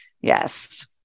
yes